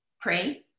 pray